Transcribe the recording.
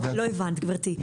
לא הבנת, גברתי.